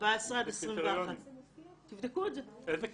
14 עד 21. איזה קריטריונים?